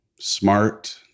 smart